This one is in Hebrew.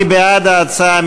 מי בעד ההצעה?